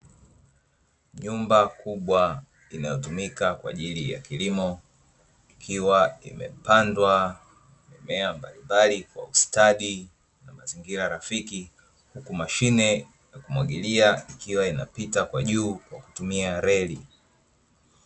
Nyumba kubwa inayotumika kwa ajili ya kilimo. Ikiwa imepandwa mimea mbalimbali kwa ustadi na mazingira rafiki, huku mashine ya kumwagilia ikiwa inapita kwa juu kwa kutumia reli.